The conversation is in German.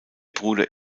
bruder